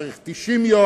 צריך 90 יום,